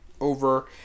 over